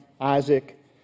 Isaac